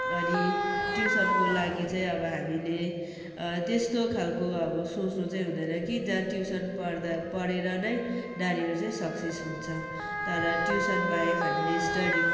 अनि ट्युसनको लागि चाहिँ अब हामीले त्यस्तो खालको अब सोच्नु चाहिँ हुँदैन कि जहाँ ट्युसन पढ्दा पढेर नै नानीहरू चाहिँ सक्सेस हुन्छ तर ट्युसनबाहेक हामीले स्टडी